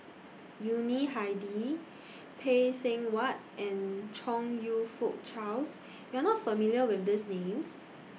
Yuni Hadi Phay Seng Whatt and Chong YOU Fook Charles YOU Are not familiar with These Names